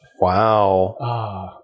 Wow